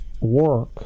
work